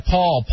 Paul